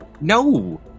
No